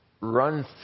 run